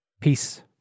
Peace